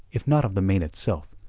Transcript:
if not of the main itself,